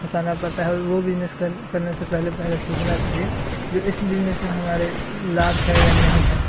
फँसाना पड़ता है वो बिजनेस करने से पहले पहले सोचना चाहिए जो इस बिजनेस में हमारे लाभ है या नहीं है